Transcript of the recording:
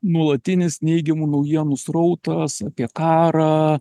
nuolatinis neigiamų naujienų srautas apie karą